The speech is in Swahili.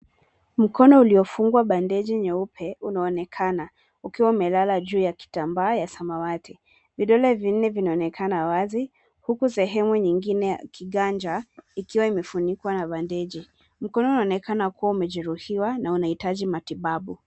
Mkono uliofungwa bandeji nyeupe unaonekana ukiwa umelala juu ya kitambaa ya samawati. Vidole vinne vinaonekana wazi huku sehemu nyingine ya kiganja ikiwa imefunikwa na bandeji. Mkono unaonekana kuwa umejeruhiwa na unahitaji matibabu.